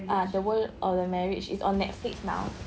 ah the world of the marriage it's on Netflix now